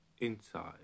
inside